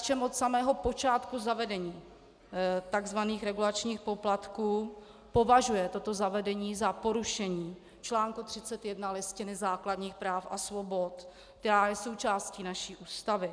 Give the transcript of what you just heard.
KSČM od samého počátku zavedení tzv. regulačních poplatků považuje toto zavedení za porušení článku 31 Listiny základních práv a svobod, která je součástí naší Ústavy.